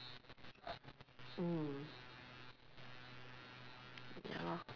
mm ya lor